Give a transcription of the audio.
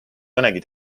mõnegi